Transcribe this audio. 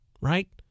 Right